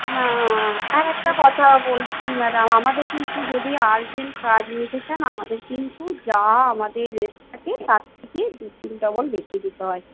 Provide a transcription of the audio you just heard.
না আরেকটা কথা বলছি ম্যাডাম আমাদের কিন্তু যদি আর্জেন্ট কাজ নিতে চান আমাদের কিন্তু যা আমাদের রেট থাকে তার থেকে দু তিন ডবল বেশি দিতে হয়